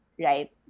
right